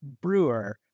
brewer